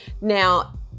now